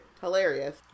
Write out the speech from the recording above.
hilarious